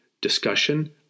discussion